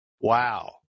Wow